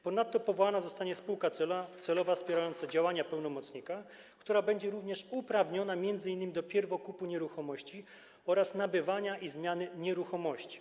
Ponadto powołana zostanie spółka celowa wspierająca działania pełnomocnika, która będzie również uprawniona m.in. do pierwokupu nieruchomości oraz nabywania i zmiany nieruchomości.